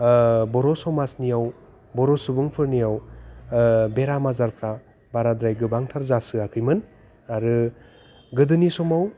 बर' समाजनियाव बर' सुबुंफोरनियाव बेराम आजारफ्रा बाराद्राय गोबांथार जासोआखैमोन आरो गोदोनि समाव